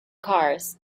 cars